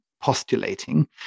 postulating